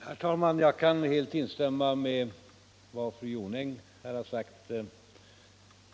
Herr talman! Jag kan helt instämma i vad fru Jonäng här har sagt.